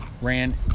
ran